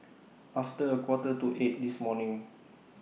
after A Quarter to eight This morning